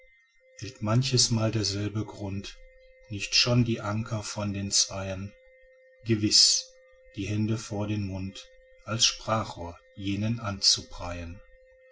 kennen hielt manchesmal derselbe grund nicht schon die anker von den zweien gewiß die hände vor dem mund als sprachrohr jenen